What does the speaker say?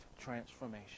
transformation